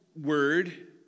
word